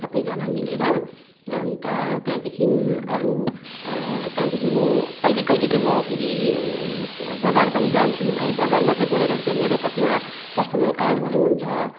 सबैजना मिलेर अन्त त्यहाँदेखिन् अरू त्यहाँदेखिन् म कहिले कहिले चाहिँ म फेरि बजार पनि जान्छौँ है बजारमा चाहिँ गएर चाहिँ मेरै कतिवटा पर्सनल कामहरू हुन्छ